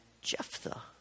Jephthah